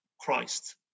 Christ